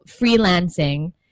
freelancing